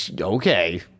okay